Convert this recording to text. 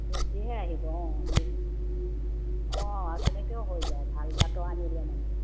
বেছিহে আহিব অঁ আমি অঁ তেনেকেও হৈ যায় ভাল জাতৰ আনিলে মানে